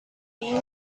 you